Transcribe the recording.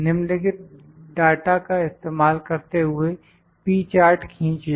निम्नलिखित डाटा का इस्तेमाल करते हुए P चार्ट खींचिए